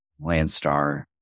Landstar